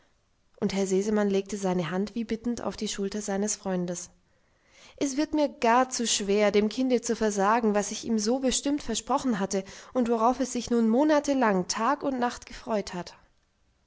und herr sesemann legte seine hand wie bittend auf die schulter seines freundes es wird mir gar zu schwer dem kinde zu versagen was ich ihm so bestimmt versprochen hatte und worauf es sich nun monatelang tag und nacht gefreut hat